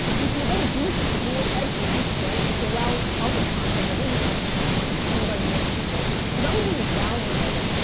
which will then boost your edge rank, right, which allows other content that is around fitness to be seen by more people, so that would be the value of it,